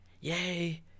Yay